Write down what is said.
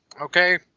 okay